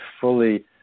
fully